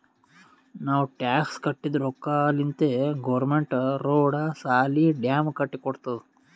ನಾವ್ ಟ್ಯಾಕ್ಸ್ ಕಟ್ಟಿದ್ ರೊಕ್ಕಾಲಿಂತೆ ಗೌರ್ಮೆಂಟ್ ರೋಡ್, ಸಾಲಿ, ಡ್ಯಾಮ್ ಕಟ್ಟಿ ಕೊಡ್ತುದ್